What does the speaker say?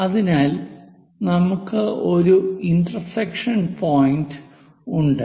അതിനാൽ നമുക്ക് ഒരു ഇന്റർസെക്ഷൻ പോയിന്റ് ഉണ്ട്